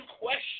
question